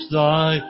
thy